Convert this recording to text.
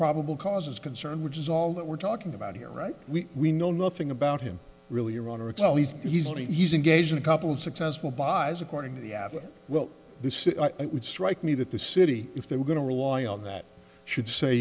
probable cause is concerned which is all that we're talking about here right we we know nothing about him really your honor it's oh he's he's he's engaged in a couple of successful buys according to the afa well this would strike me that the city if they were going to rely on that should say